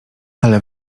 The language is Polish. ale